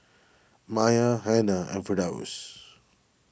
Maya Hana and Firdaus